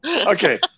Okay